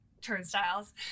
turnstiles